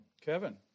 Kevin